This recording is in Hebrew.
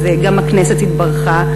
גם הכנסת התברכה,